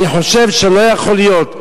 אני חושב שלא יכול להיות,